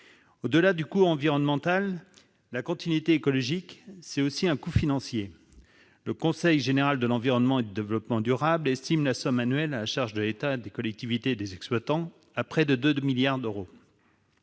Au-delà du coût environnemental, la continuité écologique a aussi un coût financier. Le Conseil général de l'environnement et du développement durable estime la somme annuelle à la charge de l'État, des collectivités et des exploitants à près de 2 milliards d'euros.